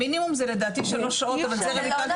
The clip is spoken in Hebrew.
המינימום זה לדעתי שלוש שעות, אבל זה רויטל.